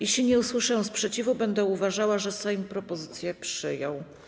Jeśli nie usłyszę sprzeciwu, będę uważała, że Sejm propozycję przyjął.